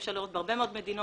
שאפשר לראות בהרבה מאוד מדינות.